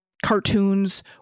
cartoons